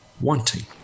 wanting